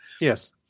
Yes